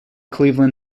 cleveland